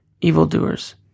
evildoers